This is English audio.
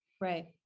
right